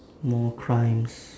more crimes